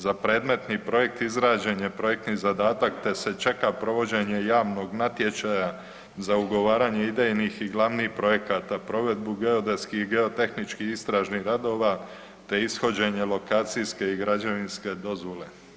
Za predmetni projekt izrađen je projektni zadatak te se čeka provođenje javnog natječaja za ugovaranje idejnih i glavnih projekata, provedbu geodetskih i geotehničkih istražnih radova te ishođenje lokacijske i građevinske dozvole.